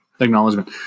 Acknowledgement